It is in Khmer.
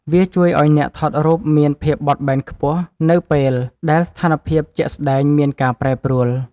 វាជួយឱ្យអ្នកថតរូបមានភាពបត់បែនខ្ពស់ នៅពេលដែលស្ថានភាពជាក់ស្ដែងមានការប្រែប្រួល។